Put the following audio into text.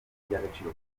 iby’agaciro